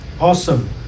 awesome